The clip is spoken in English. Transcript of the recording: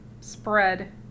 spread